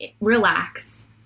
relax